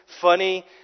funny